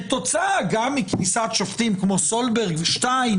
כתוצאה גם מכניסת שופטים כמו סולברג ושטיין